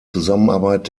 zusammenarbeit